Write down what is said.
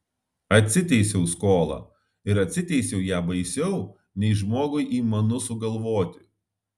atsiteisiau skolą ir atsiteisiau ją baisiau nei žmogui įmanu sugalvoti